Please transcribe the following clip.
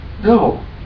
No